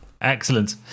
Excellent